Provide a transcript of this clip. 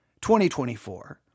2024